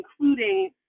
including